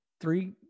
three